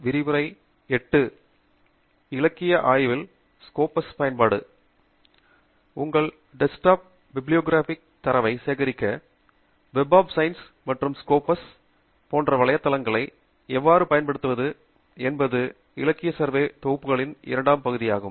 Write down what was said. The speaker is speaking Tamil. விரிவுரை 08 இலக்கிய ஆய்வில் ஸ்கோபஸ் பயன்பாடு உங்கள் டெஸ்க்டாப்பில் பிபிலியோகிராபிக் தரவை சேகரிக்க வெப் ஆப் சயின்ஸ் மற்றும் ஸ்கோபஸ் போன்ற வலைத்தளங்களை எவ்வாறு பயன்படுத்துவது என்பது இலக்கிய சர்வே தொகுதிகளின் இரண்டாம் பகுதியாகும்